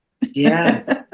Yes